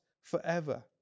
forever